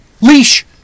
leash